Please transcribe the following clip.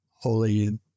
holy